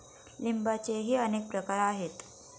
लिंबाचेही अनेक प्रकार आहेत